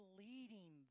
leading